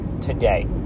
today